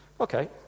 okay